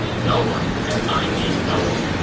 no one, and i mean no one,